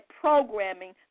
programming